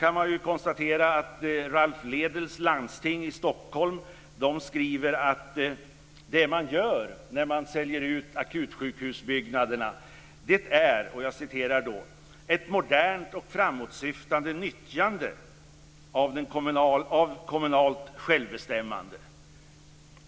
Jag kan då konstatera att Ralph Lédels landsting i Stockholm skriver att det man ägnar sig åt när man säljer ut akutsjukhusbyggnaderna är "ett modernt och framåtsyftande nyttjande av kommunalt självbestämmande".